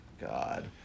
god